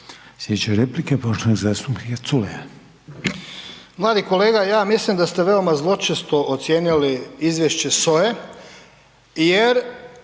Sljedeća replika je poštovanog zastupnika Culeja.